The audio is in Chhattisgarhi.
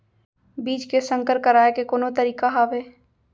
बीज के संकर कराय के कोनो तरीका हावय?